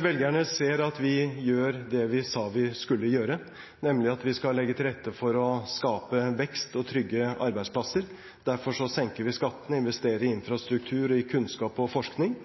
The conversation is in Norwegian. Velgerne ser at vi gjør det vi sa vi skulle gjøre, nemlig legge til rette for å skape vekst og trygge arbeidsplasser. Derfor senker vi skattene, investerer i infrastruktur, kunnskap og forskning.